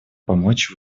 помочь